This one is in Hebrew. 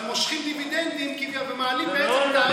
אבל מושכים דיבידנדים ומעלים בעצם את,